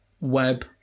web